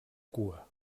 cua